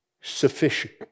sufficient